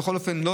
בכל אופן לא